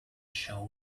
show